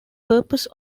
purpose